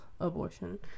abortion